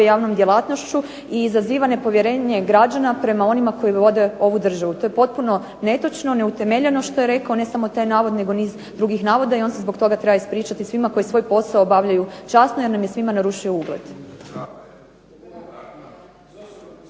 javnom djelatnošću i izaziva nepovjerenje građana prema onima koji vode ovu državu. To je potpuno netočno, neutemeljeno što je rekao, ne samo taj navod nego niz drugih navoda i on se zbog toga treba ispričati svima koji svoj posao obavljaju časno jer nam je svima narušio ugled.